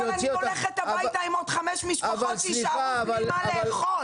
אבל אני הולכת הביתה עם עוד חמש משפחות שיישארו בלי מה לאכול.